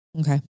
Okay